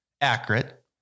Accurate